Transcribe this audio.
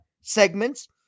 segments